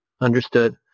understood